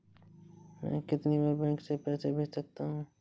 मैं कितनी बार बैंक से पैसे भेज सकता हूँ?